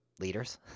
leaders